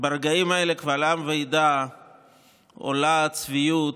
עולה הצביעות,